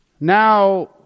Now